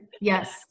Yes